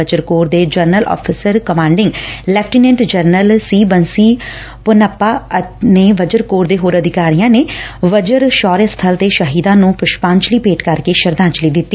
ਵਜਰ corps ਦੇ general officer commanding lieutenant general C Bansi Ponnappa ਅਤੇ Vajra corps ਦੇ ਹੋਰ ਅਧਿਕਾਰੀਆਂ ਨੇ ਵਜਰ ਸ਼ੌਰਿਆ ਸੱਬਲ ਤੇ ਸ਼ਹੀਦਾਂ ਨੂੰ ਪੁਸ਼ਪਾਜਲੀ ਭੇਂਟ ਕਰਕੇ ਸ਼ਰਧਾਂਜਲੀ ਦਿੱਤੀ